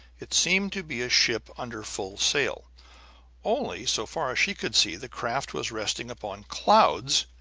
it seemed to be a ship under full sail only, so far as she could see the craft was resting upon clouds,